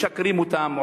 משקרים להם,